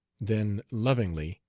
then lovingly,